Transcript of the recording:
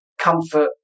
comfort